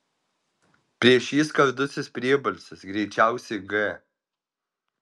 prieš jį skardusis priebalsis greičiausiai g